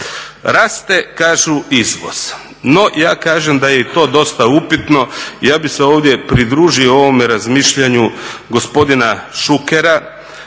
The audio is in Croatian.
Raste kažu izvoz, no ja kažem da je i to dosta upitno. Ja bih se ovdje pridružio ovome razmišljanju gospodina Šukera